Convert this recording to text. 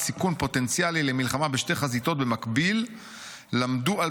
סיכון פוטנציאלי למלחמה בשתי חזיתות במקביל למדו על